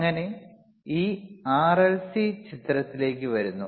അങ്ങനെ ഈ ആർഎൽസി ചിത്രത്തിലേക്ക് വരുന്നു